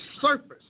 surface